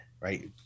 right